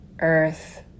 earth